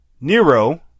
Nero